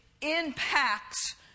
impacts